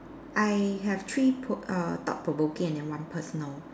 I have three pro~ err thought provoking and then one personal